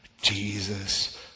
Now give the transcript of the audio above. Jesus